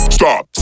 Stop